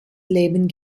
leben